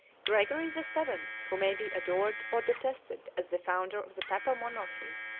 gregory the seventh, who may be adored or detested as the founder of the papal monarchy,